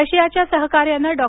रशियाच्या सहकार्यानं डॉ